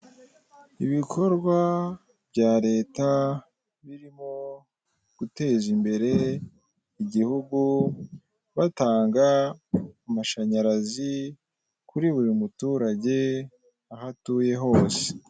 Ibikorwa bya leta birimo guteza imbere igihugu batanga amashanyarazi kuri buri muturage aho atuye hose.